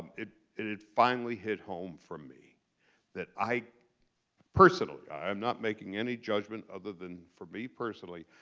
it it had finally hit home for me that i personally, i am not making any judgment other than for me personally,